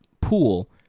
pool